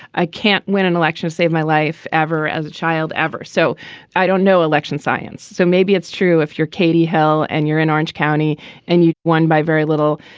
i can't win an election save my life ever as a child ever so i don't know election science. so maybe it's true if you're katie hill and you're in orange county and you've won by very little.